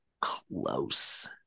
close